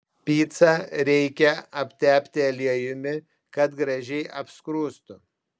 picą reikia aptepti aliejumi kad gražiai apskrustų